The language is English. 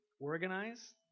organize